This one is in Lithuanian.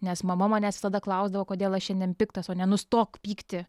nes mama manęs visada klausdavo kodėl aš šiandien piktas o ne nustok pykti